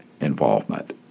involvement